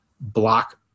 block